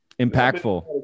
impactful